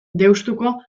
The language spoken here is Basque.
deustuko